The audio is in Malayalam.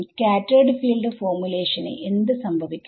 സ്കാറ്റെർഡ് ഫീൽഡ് ഫോർമുലേഷന് എന്ത് സംഭവിക്കും